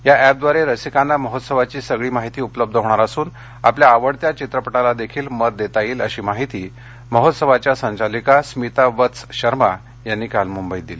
या अॅपद्वारे रसिकांना महोत्सवाची सगळी माहिती उपलब्ध होणार असून आपल्या आवडत्या चित्रपटाला मत देखील देता येईल अशी माहिती महोत्सवाच्या संचालिका स्मिता वत्स शर्मा यांनी काल मुंबईत दिली